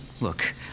Look